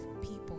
people